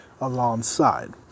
alongside